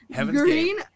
Green